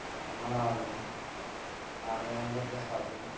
Ramarao Raghavendra Prasad